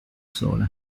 sole